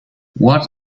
what